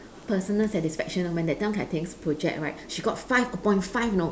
personal satisfaction know that time kai ting's project right she got five upon five you know